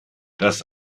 das